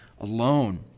alone